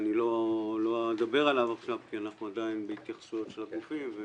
אני לא אדבר עליו עכשיו כי אנחנו עדיין בהתייחסויות של הגופים.